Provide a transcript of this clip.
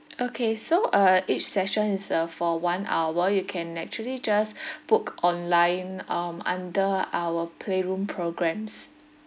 okay so uh each session is uh for one hour you can actually just book online um under our playroom programmes